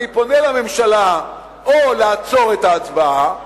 אני פונה אל הממשלה או לעצור את ההצבעה,